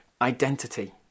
identity